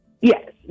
Yes